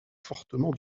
fortement